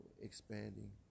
expanding